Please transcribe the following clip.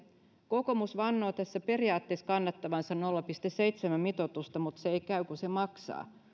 kokoomus vannoo tässä periaatteessa kannattavansa nolla pilkku seitsemän mitoitusta mutta se ei käy kun se maksaa